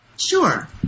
Sure